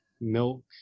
milk